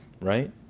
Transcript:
right